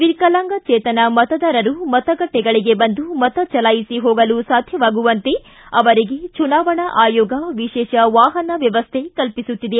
ವಿಕಲಾಂಗಚೇತನ ಮತದಾರರು ಮತಗಟ್ಟೆಗಳಿಗೆ ಬಂದು ಮತಚಲಾಯಿಸಿ ಹೋಗಲು ಸಾಧ್ಯವಾಗುವಂತೆ ಅವರಿಗೆ ಚುನಾವಣಾ ಆಯೋಗ ವಿಶೇಷ ವಾಹನ ವ್ಯವಸ್ಥೆ ಕಲ್ಪಿಸುತ್ತಿದೆ